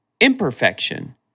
imperfection